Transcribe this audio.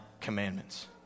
commandments